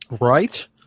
Right